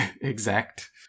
exact